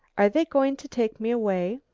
are they going to take me away?